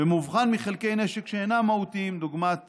במובחן מחלקי נשק שאינם מהותיים, דוגמת